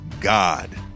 God